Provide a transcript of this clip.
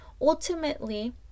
ultimately